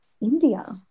India